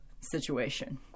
situation